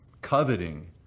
coveting